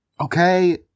Okay